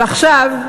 ועכשיו,